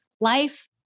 life